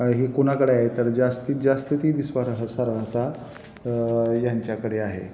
हे कुणाकडे आहे तर जास्तीत जास्त ती विस्वार हसा राहता ह्यांच्याकडे आहे